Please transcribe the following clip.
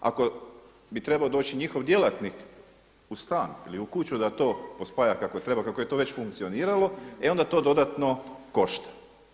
Ako bi trebao doći njihov djelatnik u stan ili u kuću da to pospaja kako treba, kako je to već funkcioniralo e onda to dodatno košta.